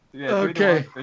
Okay